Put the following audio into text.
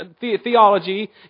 theology